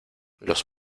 los